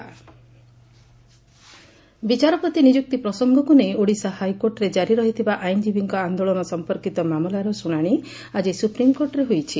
high court ବିଚାରପତି ନିଯୁକ୍ତି ପ୍ରସଙ୍ଙକୁ ନେଇ ଓଡ଼ିଶା ହାଇକୋର୍ଟରେ ଜାରି ରହିଥିବା ଆଇନଜୀବୀଙ୍କ ଆଦୋଳନ ସଂପର୍କିତ ମାମଲାର ଶ୍ରୁଶାଶି ଆଜି ସୁପ୍ରିମକୋର୍ଟରେ ହୋଇଛି